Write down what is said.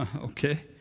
okay